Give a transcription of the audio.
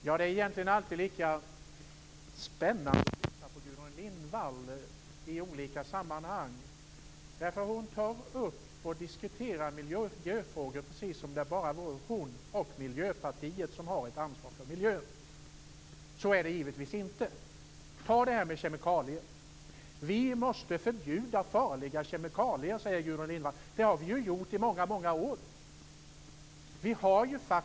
Fru talman! Det är alltid lika spännande att i olika sammanhang lyssna på Gudrun Lindvall. Hon diskuterar miljöfrågor precis som om det bara är hon och Miljöpartiet som tar ett ansvar för miljön. Så är det givetvis inte. Se på frågan om kemikalier. Gudrun Lindvall säger att vi måste förbjuda farliga kemikalier. Men det är något som har gjorts många gånger under många år.